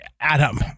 Adam